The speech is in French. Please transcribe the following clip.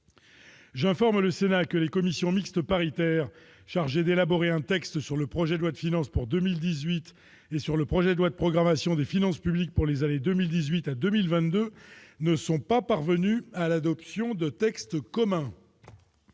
J'informe le Sénat que les commissions mixtes paritaires chargées d'élaborer un texte sur le projet de loi de finances pour 2018 et sur le projet de loi de programmation des finances publiques pour les années 2018 à 2022 ne sont pas parvenues à l'adoption de textes communs.